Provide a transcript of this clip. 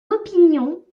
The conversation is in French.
opinion